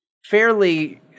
fairly